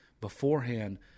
Beforehand